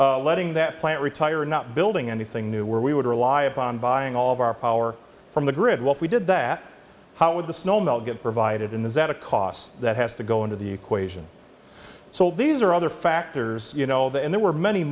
anything letting that plant retire or not building anything new where we would rely upon buying all of our power from the grid what we did that how with the snow melt get provided in this at a cost that has to go into the equation so these are other factors you know the and there were many